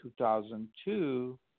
2002